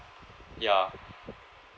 ya